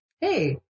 hey